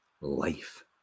life